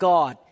God